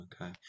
Okay